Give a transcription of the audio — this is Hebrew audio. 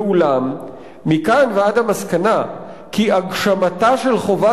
ואולם מכאן ועד המסקנה כי הגשמתה של חובה